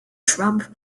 trump